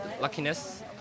luckiness